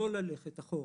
לא אחורה.